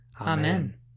Amen